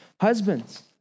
Husbands